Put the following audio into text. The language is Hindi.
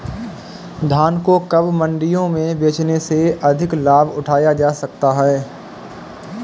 धान को कब मंडियों में बेचने से अधिक लाभ उठाया जा सकता है?